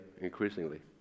increasingly